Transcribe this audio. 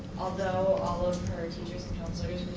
although ah of her teachers and counselors